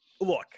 look